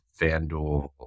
FanDuel